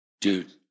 Dude